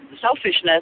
selfishness